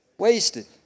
wasted